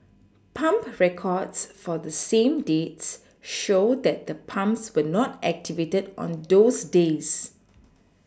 pump records for the same dates show that the pumps were not activated on those days